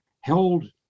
held